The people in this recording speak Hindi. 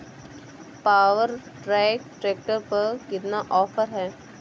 पावर ट्रैक ट्रैक्टर पर कितना ऑफर है?